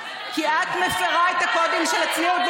כי את מפירה את הקודים של הצניעות.